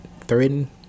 Threaten